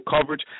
coverage